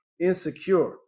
Insecure